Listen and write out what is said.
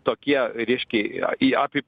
tokie reiškia i api